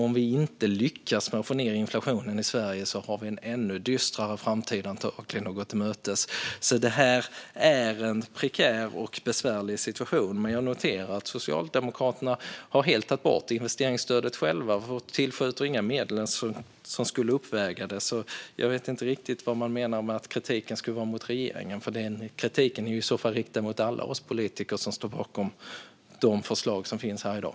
Om vi inte lyckas få ned inflationen i Sverige går vi antagligen en ännu dystrare framtid till mötes. Det är en prekär och besvärlig situation. Jag noterar att Socialdemokraterna själva helt har tagit bort investeringsstödet för tillfället. Det finns inga medel som skulle uppväga det, så jag vet inte riktigt vad de menar med att kritiken skulle vara mot regeringen, för kritiken är i så fall riktad mot alla oss politiker som står bakom de förslag som finns här i dag.